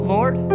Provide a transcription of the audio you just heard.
Lord